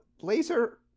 laser